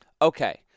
Okay